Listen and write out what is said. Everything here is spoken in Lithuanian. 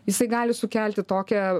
jisai gali sukelti tokią